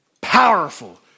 powerful